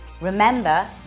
Remember